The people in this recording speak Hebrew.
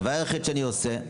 הדבר היחיד שאני עושה,